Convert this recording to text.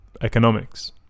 Economics